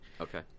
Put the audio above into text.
Okay